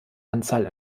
anzahl